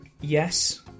yes